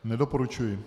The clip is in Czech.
Nedoporučuji.